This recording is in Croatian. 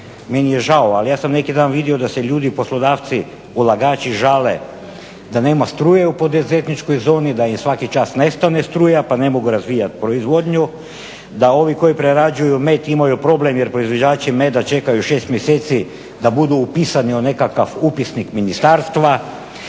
meni je žao ali ja sam neki dan vidio da se ljudi poslodavci, ulagači žale da nema struje u poduzetničkoj zoni, da im svaki čas nestane struje pa ne mogu razvijat proizvodnju, da ovi koji prerađuju med imaju problem jer proizvođači meda čekaju 6 mjeseci da budu upisani u nekakav upisnik ministarstva,